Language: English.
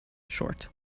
short